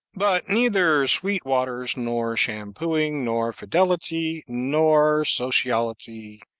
but neither sweet waters, nor shampooing, nor fidelity, nor sociality,